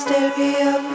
Stereo